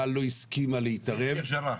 לא הסכימה להתערב --- בשיח' ג'ראח.